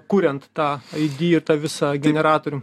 kuriant tą aidi ir tą visą generatorių